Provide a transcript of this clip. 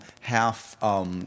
half